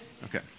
Okay